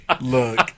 look